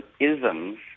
isms